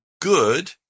good